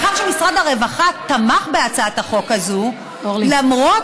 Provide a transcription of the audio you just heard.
מאחר שמשרד הרווחה תמך בהצעת החוק הזאת למרות